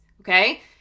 okay